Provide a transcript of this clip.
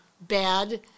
bad